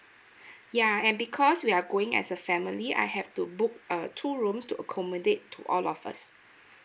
ya and because we are going as a family I have to book a two rooms to accommodate to all of us